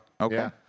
Okay